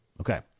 Okay